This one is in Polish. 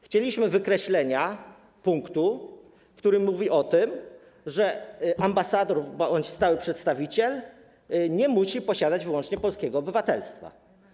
Chcieliśmy wykreślenia punktu, który mówi o tym, że ambasador bądź stały przedstawiciel nie musi posiadać wyłącznie polskiego obywatelstwa.